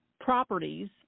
properties